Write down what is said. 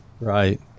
Right